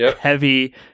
heavy